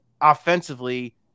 offensively